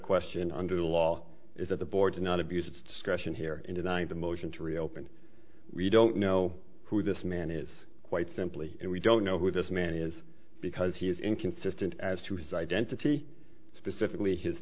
question under the law is that the board's not abused its discretion here in denying the motion to reopen we don't know who this man is quite simply and we don't know who this man is because he is inconsistent as to his identity specifically his